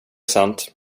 sant